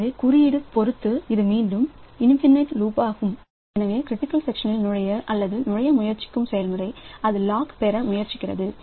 எனவே குறியீடு பொறுத்து இது மீண்டும் இன்பினிடி லூப் ஆகும் எனவே கிரிட்டிக்கல் சக்சன் நுழைய அல்லது நுழைய முயற்சிக்கும் செயல்முறை அது லாக் பெற முயற்சிக்கிறது